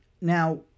Now